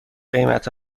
قیمت